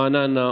רעננה,